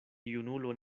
junulo